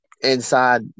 inside